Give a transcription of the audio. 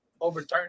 overturned